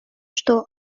что